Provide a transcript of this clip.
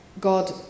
God